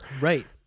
Right